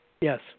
Yes